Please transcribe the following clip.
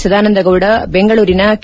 ಸದಾನಂದಗೌಡ ಬೆಂಗಳೂರಿನ ಕೆ